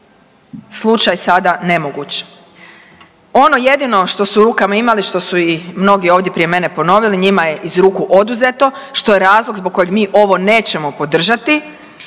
slučaj sada nemoguć. Ono jedino što su u rukama imali, što su i mnogi ovdje prije mene ponovili, njima je iz ruku oduzeto, što je razlog zbog kojeg mi ovo nećemo podržati